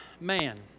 man